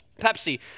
Pepsi